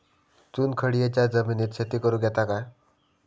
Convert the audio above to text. चुनखडीयेच्या जमिनीत शेती करुक येता काय?